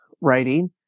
writing